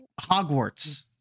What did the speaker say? Hogwarts